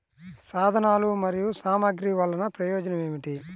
సాధనాలు మరియు సామగ్రి వల్లన ప్రయోజనం ఏమిటీ?